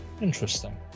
Interesting